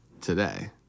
today